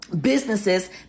businesses